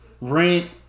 Rent